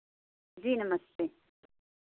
जी नमस्ते